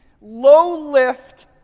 low-lift